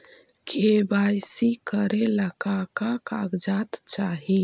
KYC करे ला का का कागजात चाही?